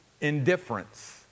Indifference